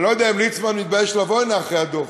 אני לא יודע אם ליצמן מתבייש לבוא הנה אחרי הדוח,